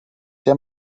què